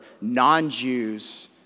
non-Jews